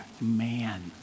man